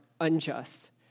unjust